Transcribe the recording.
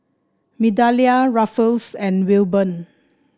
Migdalia Ruffus and Wilburn